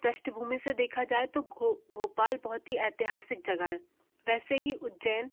पृष्ठभूमि से देखा जाए तो गो भोपाल बहुत ही ऐतिहासिक जगह हैं वैसे ही उज्जैन